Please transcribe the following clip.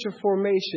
formation